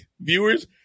viewers